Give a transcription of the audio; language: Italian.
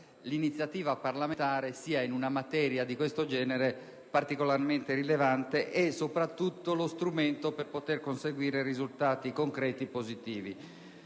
l'iniziativa parlamentare sia, in una materia di questo genere, particolarmente rilevante e soprattutto lo strumento per poter conseguire risultati concreti e positivi.